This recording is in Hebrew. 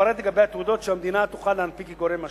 אפרט לגבי התעודות שהמדינה תוכל להנפיק כגורם מאשר: